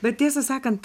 bet tiesą sakant